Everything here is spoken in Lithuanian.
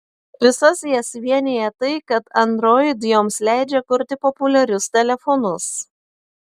visas jas vienija tai kad android joms leidžia kurti populiarius telefonus